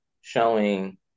showing